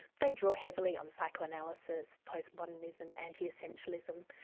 they draw heavily on psychoanalysis, postmodernism, anti-essentialism,